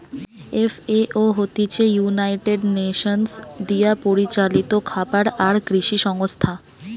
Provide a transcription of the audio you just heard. FAO হতিছে United Nations দিয়া পরিচালিত খাবার আর কৃষি সংস্থা